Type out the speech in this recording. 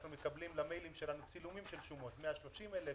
אנחנו מקבלים למיילים שלנו צילומים של שומות 130,000,